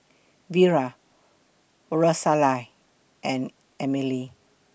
Vira Rosalia and Emile